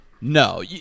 no